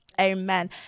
amen